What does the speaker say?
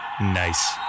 Nice